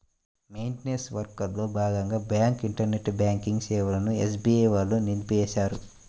maintenance వర్క్లో భాగంగా bank internet banking సేవలను ఎస్బీఐ వాళ్ళు నిలిపేశారు